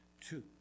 two